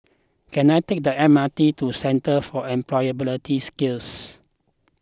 can I take the M R T to Centre for Employability Skills